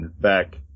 back